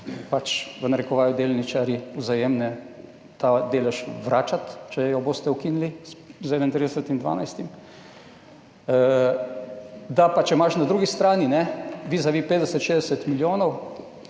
pač, v narekovajih, delničarji Vzajemne ta delež vračati, če ga boste ukinili z 31. 12. Če imaš na drugi strani, vizavi 50, 60 milijonov,